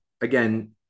again